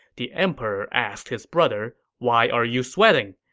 the emperor asked his brother, why are you sweating?